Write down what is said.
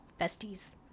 besties